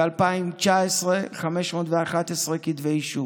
2019, 511 כתבי אישום.